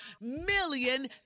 million